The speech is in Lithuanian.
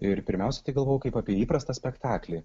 ir pirmiausia tai galvojau kaip apie įprastą spektaklį